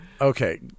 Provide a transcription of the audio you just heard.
Okay